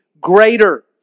greater